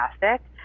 fantastic